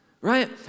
right